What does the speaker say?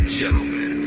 Gentlemen